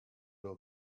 will